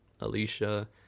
Alicia